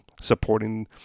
supporting